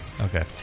Okay